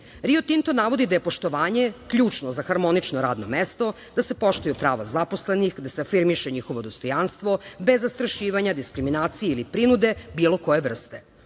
Rio Tinto navodi da je poštovanje ključno za harmonično radno mesto, da se poštuju prava zaposlenih, da se afirmiše njihovo dostojanstvo, bez zastrašivanja, diskriminacije ili prinude bilo koje vrste. Po